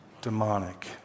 demonic